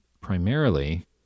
primarily